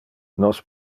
nos